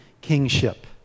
kingship